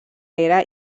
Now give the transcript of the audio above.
era